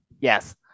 Yes